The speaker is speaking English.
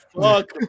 Fuck